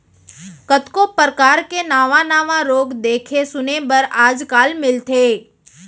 कतको परकार के नावा नावा रोग देखे सुने बर आज काल मिलथे